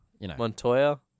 Montoya